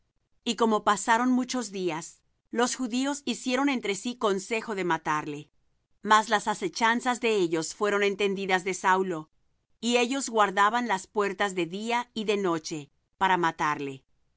y como pasaron muchos días los judíos hicieron entre sí consejo de matarle mas las asechanzas de ellos fueron entendidas de saulo y ellos guardaban las puertas de día y de noche para matarle